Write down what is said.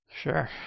sure